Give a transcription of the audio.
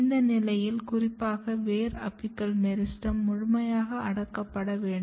இந்த நிலையில் குறிப்பாக வேர் அபிக்கல் மெரிஸ்டெம் முழுமையாக அடக்கப்பட வேண்டும்